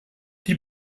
die